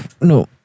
no